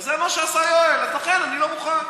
וזה מה שעשה יואל, לכן אני לא מוכן.